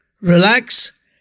relax